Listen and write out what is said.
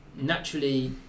naturally